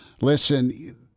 Listen